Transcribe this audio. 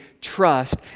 trust